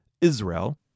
Israel